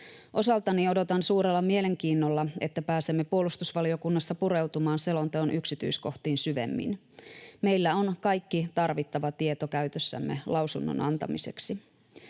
Osaltani odotan suurella mielenkiinnolla, että pääsemme puolustusvaliokunnassa pureutumaan selonteon yksityiskohtiin syvemmin. Meillä on kaikki tarvittava tieto käytössämme lausunnon antamiseksi.